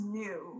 new